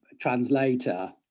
translator